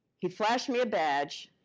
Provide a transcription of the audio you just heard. he flashed me a badge,